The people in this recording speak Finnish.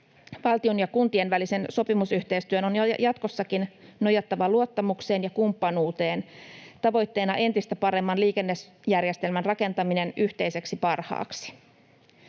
Valtion ja kuntien välisen sopimusyhteistyön on jatkossakin nojattava luottamukseen ja kumppanuuteen tavoitteena entistä paremman liikennejärjestelmän rakentaminen yhteiseksi parhaaksi.